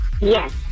Yes